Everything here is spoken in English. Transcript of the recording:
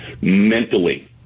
Mentally